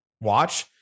watch